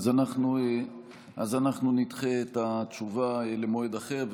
אז אנחנו נדחה את התשובה למועד אחר,